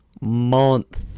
month